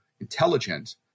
intelligent